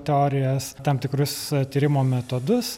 teorijas tam tikrus tyrimo metodus